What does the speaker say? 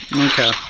Okay